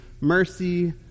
mercy